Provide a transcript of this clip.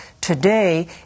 today